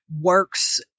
works